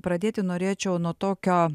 pradėti norėčiau nuo tokio